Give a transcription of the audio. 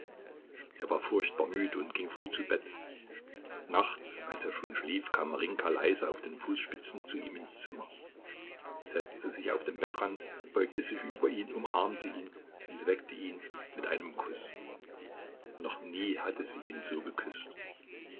er war furchtbar müde und ging früh zu bett nachts als er schon schlief kam marinjka leise auf den fußspitzen zu ihm ins zimmer setzte sich auf den bettrand beugte sich über ihn umarmte ihn und weckte ihn mit einem kuß noch nie hatte sie ihn so geküßt